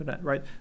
right